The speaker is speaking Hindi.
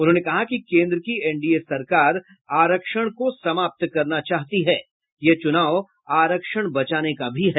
उन्होंने कहा कि केन्द्र की एनडीए सरकार आरक्षण को समाप्त करना चाहती है यह चुनाव आरक्षण बचाने का भी है